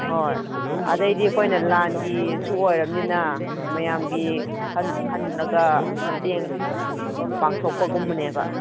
ꯍꯣꯏ ꯑꯗꯩꯗꯤ ꯑꯩꯈꯣꯏꯅ ꯂꯥꯟꯒꯤꯁꯨ ꯑꯣꯏꯔꯃꯤꯅ ꯃꯌꯥꯝꯒꯤ ꯈꯜꯂꯒ ꯃꯇꯦꯡ ꯄꯥꯡꯊꯣꯛꯄꯒꯨꯝꯕꯅꯦꯕ